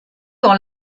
dans